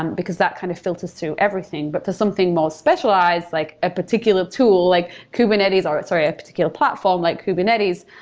um because that kind of filters through everything, but to something more specialized, like a particular tool, like kubernetes um sorry. a particular platform, like kubernetes.